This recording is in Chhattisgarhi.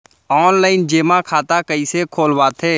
ऑनलाइन जेमा खाता कइसे खोलवाथे?